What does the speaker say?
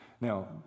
Now